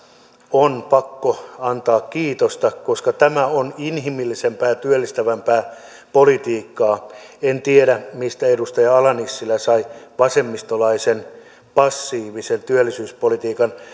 on pakko antaa kiitosta koska tämä on inhimillisempää ja työllistävämpää politiikkaa en tiedä mistä edustaja ala nissilä sai vasemmistolaisen passiivisen työllisyyspolitiikan